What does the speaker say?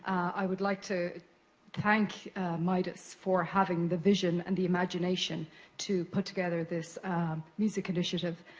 i would like to thank midas for having the vision and the imagination to put together this music initiative.